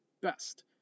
best